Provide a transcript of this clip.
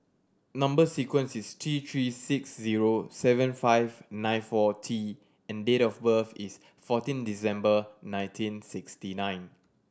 number sequence is T Three six zero seven five nine four T and date of birth is fourteen December nineteen sixty nine